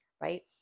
right